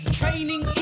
training